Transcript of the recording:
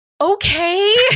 okay